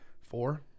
four